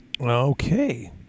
Okay